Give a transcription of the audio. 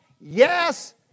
Yes